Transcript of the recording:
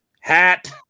hat